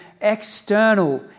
external